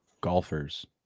golfers